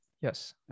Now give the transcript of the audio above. Yes